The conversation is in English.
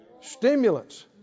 Stimulants